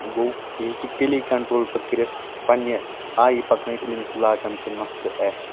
گوٚو یہِ ہٮ۪کہِ تیٚلے کنٹرول پتہٕ کٔرتھ پننہِ آیہِ پکنٲیِتھ ییٚلہِ أمِس لاکم تہٕ نۄختہٕ آسہِ